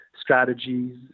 strategies